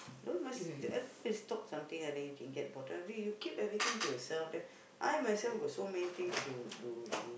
you all must at least talk something ah then you can get about you keep everything to yourself then I myself got so many things to to to